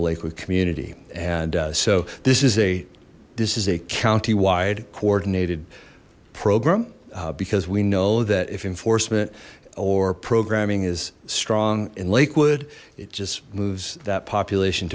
lakewood community and so this is a this is a countywide coordinated program because we know that if enforcement or programming is strong in lakewood it just moves that population